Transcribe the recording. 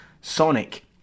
Sonic